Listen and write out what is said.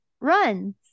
runs